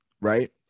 right